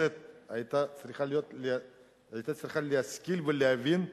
שהכנסת היתה צריכה להשכיל ולהבין.